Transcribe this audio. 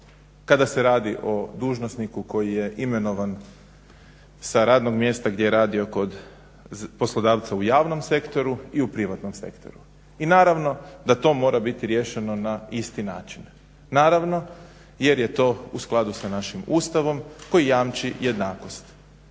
kada se radi o dužnosniku koji je imenovan sa radnog mjesta gdje je radio kod poslodavca u javnom sektoru i u privatnom sektoru. I naravno da to mora biti riješeno na isti način. Naravno, jer je to u skladu sa našim Ustavom koji jamči jednakost.